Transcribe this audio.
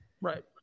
Right